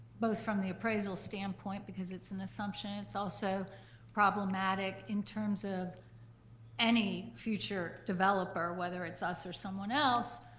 both from the appraisal standpoint because it's an assumption, it's also problematic in terms of any future developer, whether it's us or someone else,